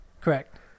Correct